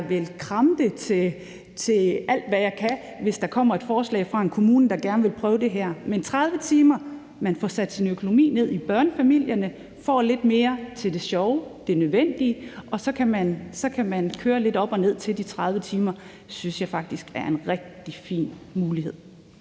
vil kramme det alt, hvad jeg kan, hvis der kommer et forslag fra en kommune, der gerne vil prøve det. Med 30 timer får børnefamilierne sat økonomien lidt ned, man får lidt mere til det sjove og det nødvendige, og så kan man køre lidt op og ned til de 30 timer. Det synes jeg faktisk er en rigtig fin mulighed.